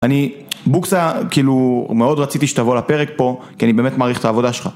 אני בוקסה כאילו מאוד רציתי שתבוא לפרק פה כי אני באמת מעריך את העבודה שלך